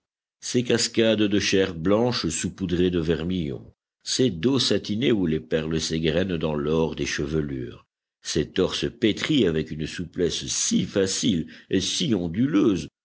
ces cascades de chairs blanches saupoudrées de vermillon ces dos satinés où les perles s'égrènent dans l'or des chevelures ces torses pétris avec une souplesse si facile et si onduleuse